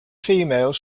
female